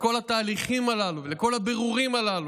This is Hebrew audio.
לכל התהליכים הללו, לכל הבירורים הללו,